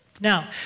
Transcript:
Now